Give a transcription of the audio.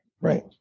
Right